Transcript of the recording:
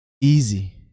easy